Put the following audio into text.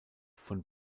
von